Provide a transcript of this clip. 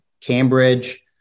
Cambridge